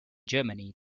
germany